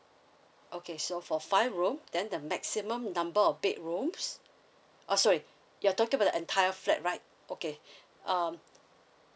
okay so for five room then the maximum number of bedrooms uh sorry you're talking about the entire flat right okay um